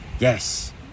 Yes